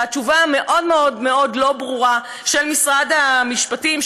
והתשובה המאוד מאוד מאוד לא ברורה של משרד המשפטים,